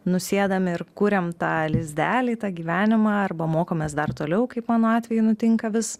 nusėdam ir kuriam tą lizdelį tą gyvenimą arba mokomės dar toliau kaip mano atveju nutinka vis